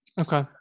okay